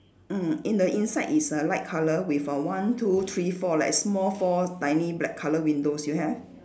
mm in the inside is a light colour with a one two three four like small four tiny black colour windows you have